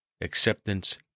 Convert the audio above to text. acceptance